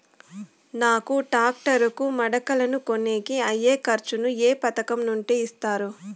నాకు టాక్టర్ కు మడకలను కొనేకి అయ్యే ఖర్చు ను ఏ పథకం నుండి ఇస్తారు?